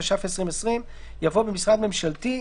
התש"ף-2020," יבוא "במשרד ממשלתי,